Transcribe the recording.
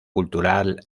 cultural